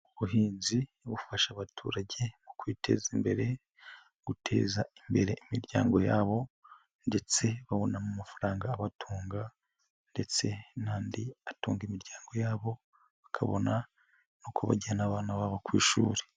Ubuhinzi bufasha abaturage mu kwiteza imbere, guteza imbere imiryango yabo ndetse babonamo amafaranga abatunga, ndetse n'andi atunga imiryango yabo, bakabona n'uko bajyana abana babo ku ishuri.